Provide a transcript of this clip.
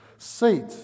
Seat